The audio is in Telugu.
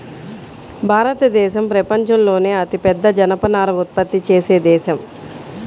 భారతదేశం ప్రపంచంలోనే అతిపెద్ద జనపనార ఉత్పత్తి చేసే దేశం